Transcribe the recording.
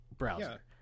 browser